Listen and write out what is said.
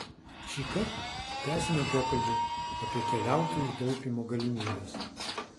šįkart tęsiame pokalbį apie keliautojų taupymo galimybes